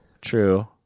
true